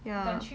ya